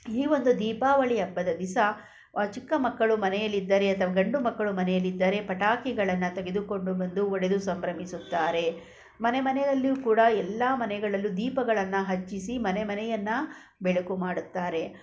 ಈ ಒಂದು ದೀಪಾವಳಿ ಹಬ್ಬದ ದಿಸ ಚಿಕ್ಕ ಮಕ್ಕಳು ಮನೆಯಲ್ಲಿದ್ದರೆ ಅಥವಾ ಗಂಡು ಮಕ್ಕಳು ಮನೆಯಲ್ಲಿದ್ದರೆ ಪಟಾಕಿಗಳನ್ನು ತೆಗೆದುಕೊಂಡು ಬಂದು ಹೊಡೆದು ಸಂಭ್ರಮಿಸುತ್ತಾರೆ ಮನೆ ಮನೆಯಲ್ಲಿಯೂ ಕೂಡ ಎಲ್ಲ ಮನೆಗಳಲ್ಲೂ ದೀಪಗಳನ್ನು ಹಚ್ಚಿಸಿ ಮನೆ ಮನೆಯನ್ನು ಬೆಳಕು ಮಾಡುತ್ತಾರೆ